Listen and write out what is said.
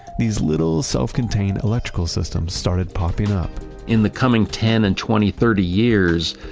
these little self-contained electrical systems started popping up in the coming ten and twenty, thirty years,